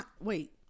Wait